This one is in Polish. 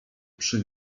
przy